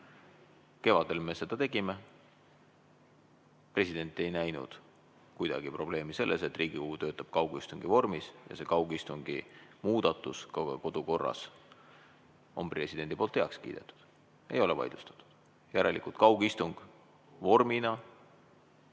Kevadel me seda tegime. President ei näinud kuidagi probleemi selles, et Riigikogu töötab kaugistungi vormis, ja see kaugistungimuudatus kodukorras on presidendi poolt heaks kiidetud. Ei ole vaidlustatud. Järelikult, kaugistung vormina